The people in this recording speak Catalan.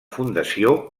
fundació